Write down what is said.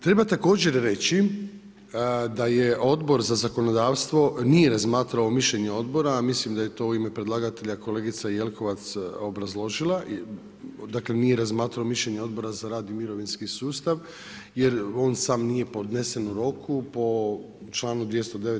Treba također reći da je Odbor za zakonodavstvo nije razmatralo mišljenje odbora, a mislim da je to u ime predlagatelja kolegica Jelkovac obrazložila, dakle nije razmatralo mišljenje Odbora za rad i mirovinski sustav jer on sam nije podnesen u roku po članu 209.